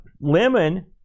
Lemon